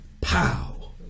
pow